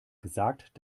gesagt